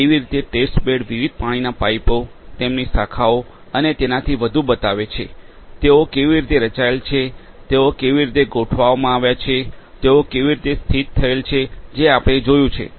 કેવી રીતે test bed વિવિધ પાણીના પાઈપો તેમની શાખાઓ અને તેનાથી વધુ બતાવેછે તેઓ કેવી રીતે રચાયેલ છે તેઓ કેવી રીતે ગોઠવવામાં આવ્યા છે તેઓ કેવી રીતે સ્થિત થયેલ છે જે આપણે જોયું છે